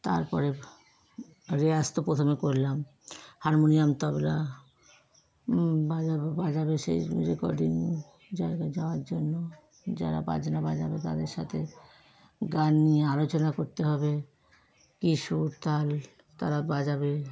তারপরে রেওয়াজ তো প্রথমে করলাম হারমোনিয়াম তবলা বাজাবে বাজাবে সে রেকর্ডিং জায়গায় যাওয়ার জন্য যারা বাজনা বাজাবে তাদের সাথে গান নিয়ে আলোচনা করতে হবে কী সুর তাল তারা বাজাবে